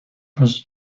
prison